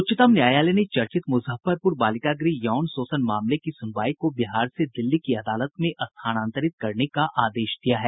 उच्चतम न्यायालय ने चर्चित मुजफ्फरपुर बालिका गृह यौन शोषण मामले की सुनवाई को बिहार से दिल्ली की अदालत में स्थानांतरित करने का आदेश दिया है